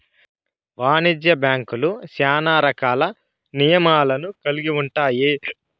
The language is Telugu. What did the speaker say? వాణిజ్య బ్యాంక్యులు శ్యానా రకాల నియమాలను కల్గి ఉంటాయి